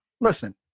listen